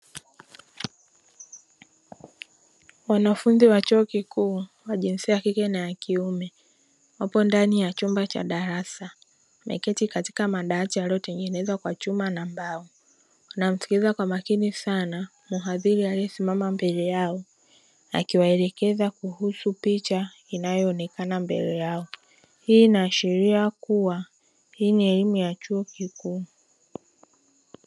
Wanafunzi wa Chuo Kikuu wa jinsia ya kike na ya kiume wapo ndani ya chumba cha darasa. Wameketi katika madachi yaliyotengenezwa kwa chuma na mbao. Wanamsikiliza kwa makini sana mhadhiri aliyesimama mbele yao akiwaelekeza kuhusu picha inayoonekana mbele yao. Hii inaashiria kuwa hii ni elimu ya chuo kikuu.